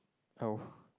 oh